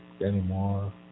anymore